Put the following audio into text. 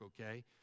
okay